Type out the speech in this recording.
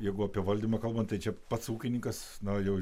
jeigu apie valdymą kalbant tai čia pats ūkininkas na jau